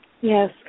Yes